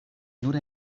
nur